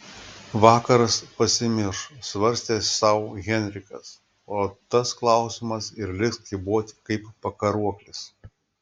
vakaras pasimirš svarstė sau henrikas o tas klausimas ir liks kyboti kaip pakaruoklis